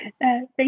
Thank